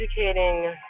educating